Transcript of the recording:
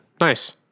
nice